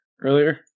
earlier